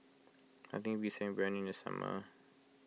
nothing beats having Biryani in the summer